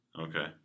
Okay